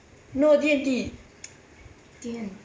no D&T